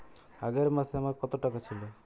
আগের মাসে আমার কত টাকা ছিল?